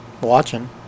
watching